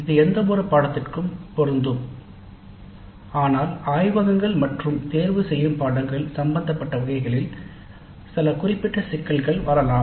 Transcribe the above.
இது எந்தவொரு பாடத்திற்கும் பொருந்தும் ஆனால் ஆய்வகங்கள் மற்றும் தேர்வுகள் சம்பந்தப்பட்ட வகைகளில் சில குறிப்பிட்ட சிக்கல்கள் வரலாம்